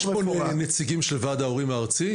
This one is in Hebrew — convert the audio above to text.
יש פה נציגים של ועד ההורים הארצי?